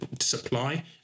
supply